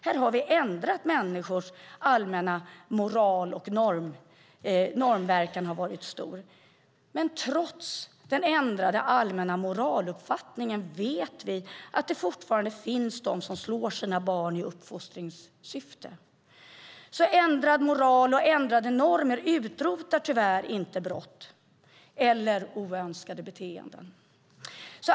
Här har vi ändrat människors allmänna moral, och normverkan har varit stor. Men trots den ändrade allmänna moraluppfattningen vet vi att det fortfarande finns de som slår sina barn i uppfostringssyfte. Ändrad moral och ändrade normer utrotar tyvärr inte brott eller oönskade beteenden.